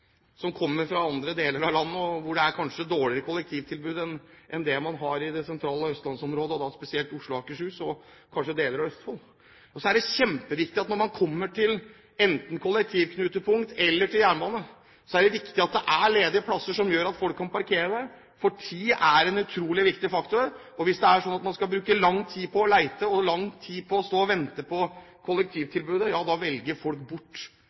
som kommer fra andre deler av landet, hvor det kanskje er dårligere kollektivtilbud enn det man har i det sentrale østlandsområdet, spesielt i Oslo og Akershus og kanskje deler av Østfold – er det kjempeviktig når man kommer til enten kollektivknutepunkt eller til jernbane, at det er ledige plasser hvor folk kan parkere. Tid er en utrolig viktig faktor. Hvis det er slik at man skal bruke lang tid på å lete etter plass og lang tid på å vente på kollektivtilbudet, ja da velger folk bort